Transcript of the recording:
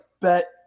bet